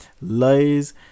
lies